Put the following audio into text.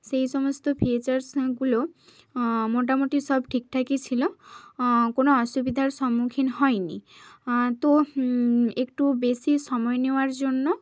সেই সমস্ত ফিচার্সগুলো মোটামুটি সব ঠিকঠাকই ছিল কোনো অসুবিধার সম্মুখীন হয়নি তো একটু বেশি সময় নেওয়ার জন্য